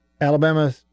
Alabama